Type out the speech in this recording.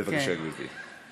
בבקשה, גברתי.